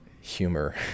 humor